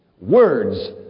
Words